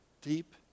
deep